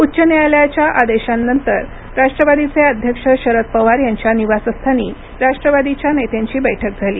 उच्च न्यायालयाच्या आदेशानंतर राष्ट्रवादीचे अध्यक्ष शरद पवार यांच्या निवासस्थानी राष्ट्रवादीच्या नेत्यांची बैठक झाली